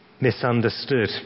misunderstood